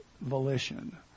volition